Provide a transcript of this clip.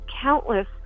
countless